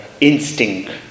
instinct